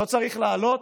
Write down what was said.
לא צריך לעלות.